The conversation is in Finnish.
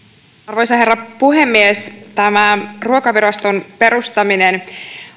arvoisa herra puhemies tämä ruokaviraston perustaminen